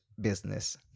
Business